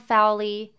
Fowley